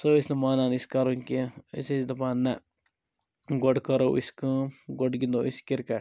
سُہ ٲسۍ نہٕ مانان أسۍ کَرُن کیٚنٛہہ أسۍ ٲسۍ دَپان نَہ گۄڈٕ کَرُو أسۍ کٲم گۄڈٕ گِنٛدو أسۍ کرکٹ